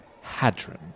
Hadron